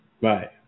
Right